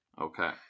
Okay